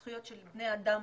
זכויות של בני אדם,